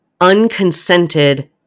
unconsented